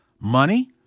money